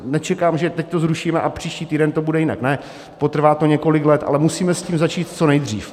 Nečekám, že teď to zrušíme a příští týden to bude jinak, ne, potrvá to několik let, ale musíme s tím začít co nejdřív.